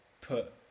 put